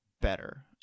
better